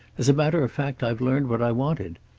as a matter of fact, i've learned what i wanted.